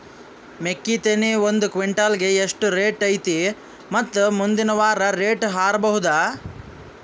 ಮೆಕ್ಕಿ ತೆನಿ ಒಂದು ಕ್ವಿಂಟಾಲ್ ಗೆ ಎಷ್ಟು ರೇಟು ಐತಿ ಮತ್ತು ಮುಂದಿನ ವಾರ ರೇಟ್ ಹಾರಬಹುದ?